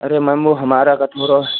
अरे मैम वह हमारा